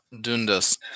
Dundas